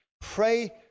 pray